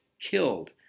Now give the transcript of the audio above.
killed